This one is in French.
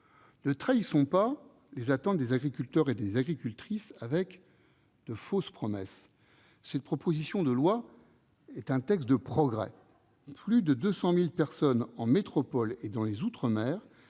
Ne trahissons pas les attentes des agriculteurs et des agricultrices avec de fausses promesses. Cette proposition de loi est un texte de progrès. Plus de 200 000 personnes, en métropole et dans les outre-mer,